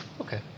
Okay